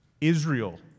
Israel